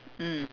mm